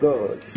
God